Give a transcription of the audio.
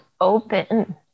open